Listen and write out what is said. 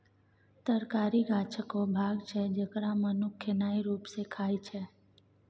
तरकारी गाछक ओ भाग छै जकरा मनुख खेनाइ रुप मे खाइ छै